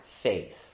faith